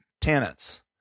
tenants